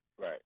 right